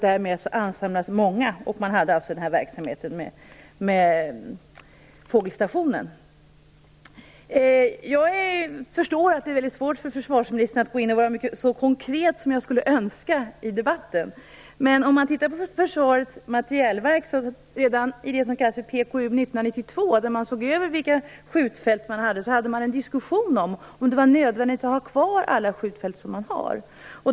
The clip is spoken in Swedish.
Därmed ansamlas många fåglar, och därför bedrev man verksamheten med fågelstationen. Jag förstår att det är väldigt svårt för försvarsministern att vara så konkret i debatten som jag skulle önska. Men om man ser på Försvarets materielverk har man redan i PKU:1992, där man såg över vilka skjutfält man hade, en diskussion om det var nödvändigt att ha kvar alla skjutfält man har.